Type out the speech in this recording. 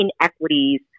inequities